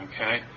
okay